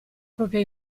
propria